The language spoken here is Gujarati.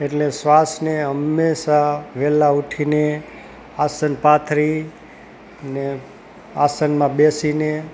એટલે શ્વાસને હંમેશા વહેલા ઊઠીને આસન પાથરી અને આસનમાં બેસીને